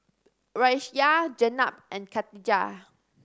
Raisya Jenab and Katijah